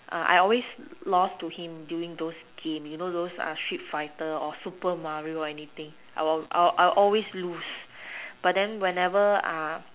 I always lost to him during those game you know those street fighter or super Mario anything I'll always lose but then whenever